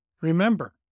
Remember